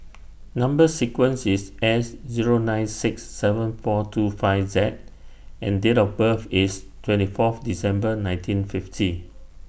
Number sequence IS S Zero nine six seven four two five Z and Date of birth IS twenty Fourth December nineteen fifty